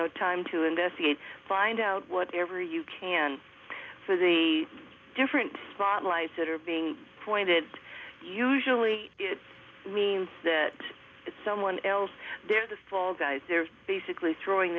the time to investigate find out whatever you can for the different spot lies that are being pointed usually it means that someone else there this fall guys are basically throwing